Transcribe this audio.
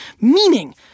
Meaning